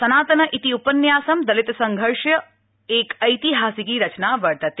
सनातन इति उपन्यासं दलितसंघर्षस्य ऐतिहासिकी रचना वर्तते